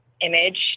image